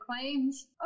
claims